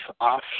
off